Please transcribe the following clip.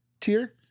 tier